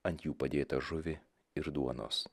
ant jų padėtą žuvį ir duonos